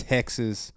Texas